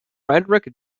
frederick